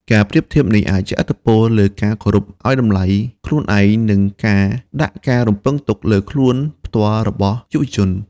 ការប្រៀបធៀបនេះអាចជះឥទ្ធិពលលើការគោរពឱ្យតម្លៃខ្លួនឯង និងការដាក់ការរំពឹងទុកលើខ្លួនផ្ទាល់របស់យុវជន។